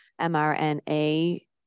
mRNA